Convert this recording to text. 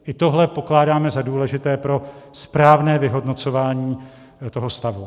I tohle pokládáme za důležité pro správné vyhodnocování toho stavu.